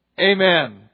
Amen